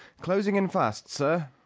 closing in fast, sir,